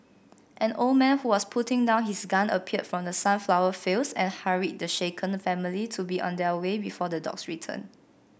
an old man who was putting down his gun appeared from the sunflower fields and hurried the shaken family to be on their way before the dogs return